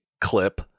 clip